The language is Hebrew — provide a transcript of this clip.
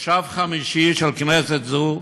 כנס חמישי של כנסת זו,